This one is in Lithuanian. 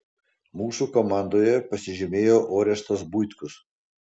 mūsų komandoje pasižymėjo orestas buitkus